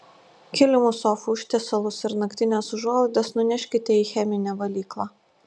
kilimus sofų užtiesalus ir naktines užuolaidas nuneškite į cheminę valyklą